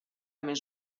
més